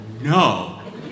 no